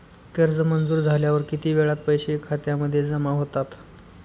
कर्ज मंजूर झाल्यावर किती वेळात पैसे खात्यामध्ये जमा होतात?